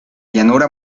llanura